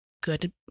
good